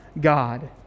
God